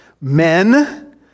Men